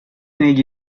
negli